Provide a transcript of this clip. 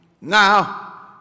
Now